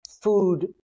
food